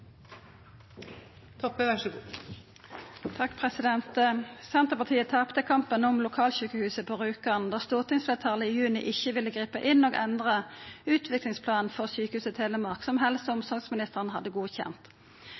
Senterpartiet tapte kampen om lokalsjukehuset på Rjukan då stortingsfleirtalet i juni ikkje ville gripa inn og endra utviklingsplanen for Sykehuset Telemark som helse- og omsorgsministeren hadde godkjent.